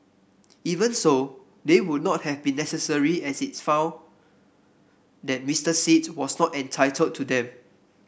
even so they would not have been necessary as it found that Mister Sit was not entitled to them